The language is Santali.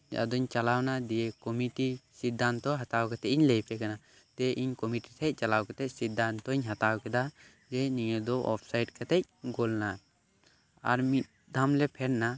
ᱟᱫᱚᱧ ᱪᱟᱞᱟᱣ ᱮᱱᱟ ᱫᱤᱭᱮ ᱠᱚᱢᱤᱴᱤ ᱥᱤᱫᱽᱫᱷᱟᱱᱛᱚ ᱦᱟᱛᱟᱣ ᱠᱟᱛᱮᱫ ᱤᱧ ᱞᱟᱹᱭ ᱟᱯᱮ ᱠᱟᱱᱟ ᱛᱮ ᱤᱧ ᱠᱚᱢᱤᱴᱤ ᱴᱷᱮᱱ ᱪᱟᱞᱟᱣ ᱠᱟᱛᱮᱫ ᱥᱤᱫᱽᱫᱷᱟᱱᱛᱚᱧ ᱦᱟᱛᱟᱣ ᱠᱮᱫᱟ ᱡᱮ ᱱᱤᱭᱟᱹ ᱫᱚ ᱚᱯᱷᱥᱟᱭᱤᱰ ᱠᱟᱛᱮᱫ ᱜᱳᱞ ᱮᱱᱟ ᱟᱨ ᱢᱤᱫ ᱫᱷᱟᱣ ᱞᱮ ᱯᱷᱮᱰ ᱮᱱᱟ